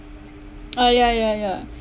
a'ah ya ya ya